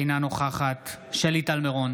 אינה נוכחת שלי טל מירון,